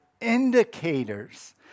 indicators